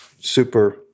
super